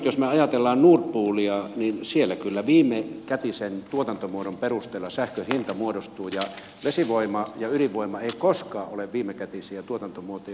jos me ajattelemme nord poolia niin siellä kyllä viimekätisen tuotantomuodon perusteella sähkön hinta muodostuu ja vesivoima ja ydinvoima eivät koskaan ole viimekätisiä tuotantomuotoja